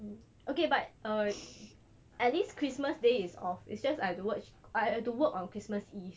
mm okay but uh at least christmas day is off it's just I have to work I have to work on christmas eve